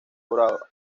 por